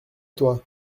toi